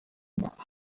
gako